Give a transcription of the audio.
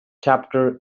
chapter